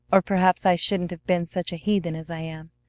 or perhaps i shouldn't have been such a heathen as i am.